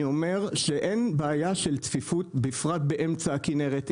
אני אומר שאין בעיה של צפיפות בפרט באמצע הכנרת.